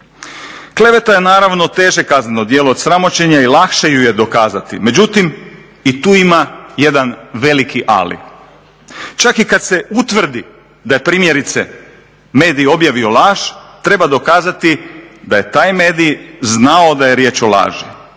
Kleveta je naravno teže kazneno djelo od sramoćenja i lakše ju je dokazati, međutim i tu ima jedan veliki ali. Čak i kad se utvrdi da je primjerice medij objavio laž treba dokazati da je taj medij znao da je riječ o laži.